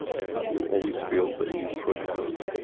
and you always feel that you could have